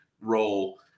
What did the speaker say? role